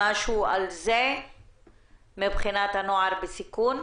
משהו על זה מבחינת נוער בסיכון?